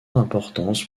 importance